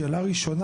שאלה שנייה,